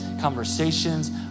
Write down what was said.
conversations